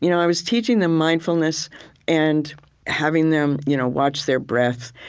you know i was teaching them mindfulness and having them you know watch their breath.